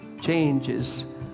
changes